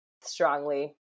strongly